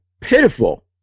pitiful